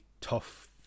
tough